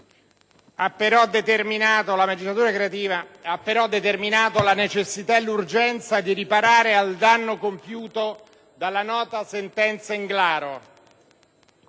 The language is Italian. La magistratura creativa ha però determinato la necessità e l'urgenza di riparare al danno compiuto dalla nota sentenza Englaro,